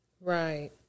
right